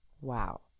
Wow